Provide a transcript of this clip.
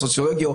הסוציולוגי,